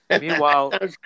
Meanwhile